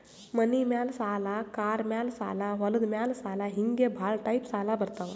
ಮನಿ ಮ್ಯಾಲ ಸಾಲ, ಕಾರ್ ಮ್ಯಾಲ ಸಾಲ, ಹೊಲದ ಮ್ಯಾಲ ಸಾಲ ಹಿಂಗೆ ಭಾಳ ಟೈಪ್ ಸಾಲ ಬರ್ತಾವ್